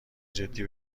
جدی